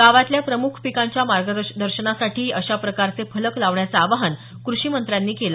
गावातल्या प्रमुख पिकांच्या मार्गदर्शनासाठीही अशा प्रकारचे फलक लावण्याचं आवाहन कृषीमंत्र्यांनी केलं